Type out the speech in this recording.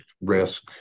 risk